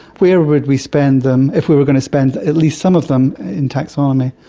where would we spend them if we were going to spend at least some of them in taxonomy.